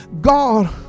God